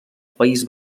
país